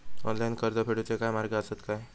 Online कर्ज फेडूचे काय मार्ग आसत काय?